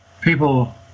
people